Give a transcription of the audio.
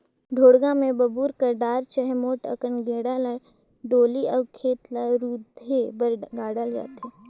ढोड़गा मे बबूर कर डार चहे मोट अकन गेड़ा ल डोली अउ खेत ल रूधे बर गाड़ल जाथे